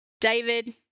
David